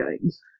games